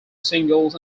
singles